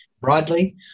broadly